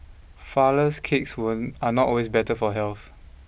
flourless cakes were are not always better for health